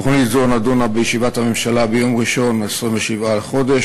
תוכנית זו נדונה בישיבת הממשלה ביום ראשון 27 בחודש.